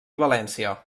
valència